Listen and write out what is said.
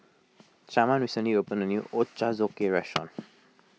Sharman recently opened a new Ochazuke restaurant